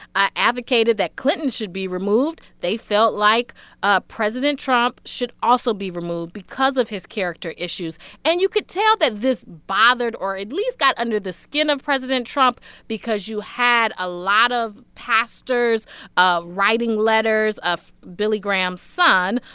ah advocated that clinton should be removed, they felt like ah president trump should also be removed because of his character issues and you could tell that this bothered or at least got under the skin of president trump because you had a lot of pastors ah writing letters billy graham's son,